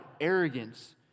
arrogance